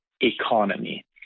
economy